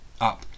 Up